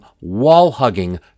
wall-hugging